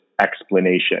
explanation